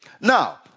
Now